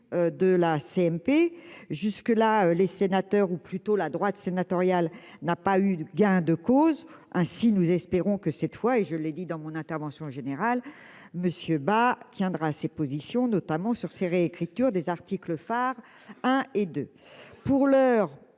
de la CMP, jusque-là, les sénateurs, ou plutôt la droite sénatoriale n'a pas eu gain de cause, ainsi, nous espérons que cette fois, et je l'ai dit dans mon intervention général Monsieur bah tiendra ses positions notamment sur ces réécriture des articles phares, hein, et de, pour l'heure,